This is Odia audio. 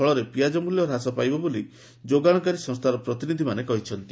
ଫଳରେ ପିଆଜ ମୂଲ୍ୟ ହ୍ରାସ ପାଇବ ବୋଲି ଯୋଗାଣକାରୀ ସଂସ୍ଥାର ପ୍ରତିନିଧ୍ୟମାନେ କହିଛନ୍ତି